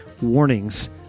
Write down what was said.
warnings